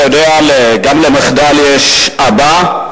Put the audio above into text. אתה יודע, גם למחדל יש אבא,